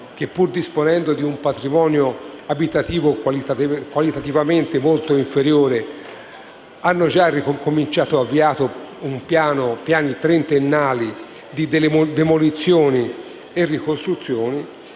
che, pur disponendo di un patrimonio abitativo qualitativamente molto inferiore, hanno già avviato piani trentennali di demolizioni e ricostruzioni.